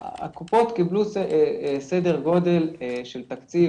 הקופות קיבלו סדר גודל של כשני מיליארד שקל,